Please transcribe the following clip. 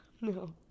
No